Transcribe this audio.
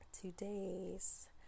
today's